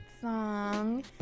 song